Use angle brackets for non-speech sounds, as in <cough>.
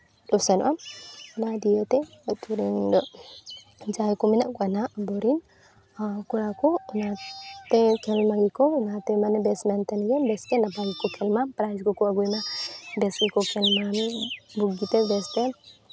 ᱮᱥᱮᱱᱚᱜᱼᱟ ᱚᱱᱟ ᱫᱤᱭᱮ ᱛᱮ ᱟᱛᱳ ᱨᱮᱱ ᱫᱚ ᱡᱟᱦᱟᱸᱭ ᱠᱚ ᱢᱮᱱᱟᱜ ᱠᱚᱣᱟ ᱦᱟᱸᱜ ᱟᱵᱚ ᱨᱮᱱ ᱦᱚᱲ ᱠᱚᱲᱟ ᱠᱚ ᱚᱱᱟᱛᱮ <unintelligible> ᱠᱚ ᱢᱟᱱᱮ ᱵᱮᱥ ᱢᱮᱱᱛᱮ ᱜᱮ ᱵᱮᱥᱛᱮ ᱱᱟᱟᱭ ᱜᱮᱠ ᱠᱷᱮᱞ ᱢᱟ ᱯᱨᱟᱭᱤᱡᱽ ᱠᱚᱠᱚ ᱟᱹᱜᱩᱭᱢᱟ ᱵᱮᱥ ᱜᱮᱠᱚ ᱠᱷᱮᱞᱢᱟ ᱵᱩᱜᱤᱛᱮ ᱵᱮᱥ ᱛᱮ